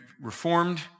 reformed